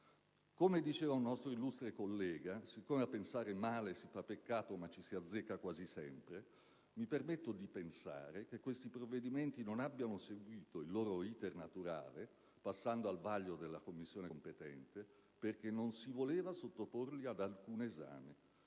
Come diceva un nostro illustre collega, siccome a pensar male si fa peccato, ma ci si azzecca quasi sempre, mi permetto di pensare che questi provvedimenti non abbiano seguito il loro *iter* naturale, passando al vaglio della Commissione competente, perché non si voleva sottoporli ad alcun esame: